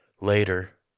Later